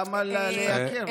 למה לייקר?